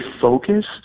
focused